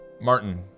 Martin